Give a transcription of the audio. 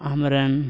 ᱟᱢ ᱨᱮᱱ